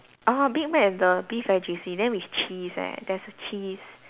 orh Big Mac is the beef very juicy then with cheese leh there's a cheese